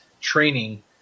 Training